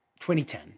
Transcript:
2010